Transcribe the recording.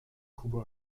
kuba